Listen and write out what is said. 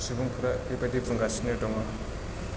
सुबुंफोरा बेबायदि बुंगासिनो दङ